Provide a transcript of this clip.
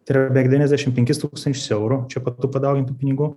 tai yra beveik devyniasdešim penkis tūkstančius eurų čia po padaugintų pinigų